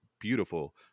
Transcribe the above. beautiful